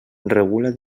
regula